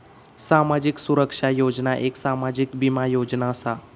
सामाजिक सुरक्षा योजना एक सामाजिक बीमा योजना असा